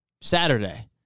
Saturday